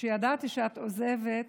כשידעתי שאת עוזבת,